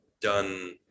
done